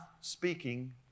speaking